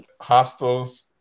Hostels